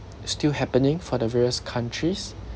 still happening for the various countries